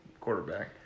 quarterback